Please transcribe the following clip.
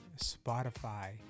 Spotify